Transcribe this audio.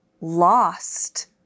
lost